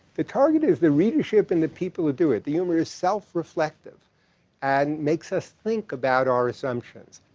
the target is the readership and the people who do it. the humor is self-reflective and makes us think about our assumptions.